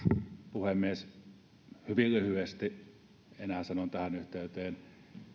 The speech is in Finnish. puhemies hyvin lyhyesti enää sanon tähän yhteyteen